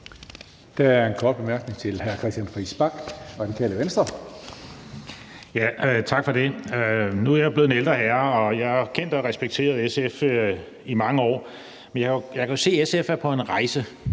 jeg jo blevet en ældre herre, og jeg har kendt og respekteret SF i mange år, men jeg kan jo se, SF er på en rejse.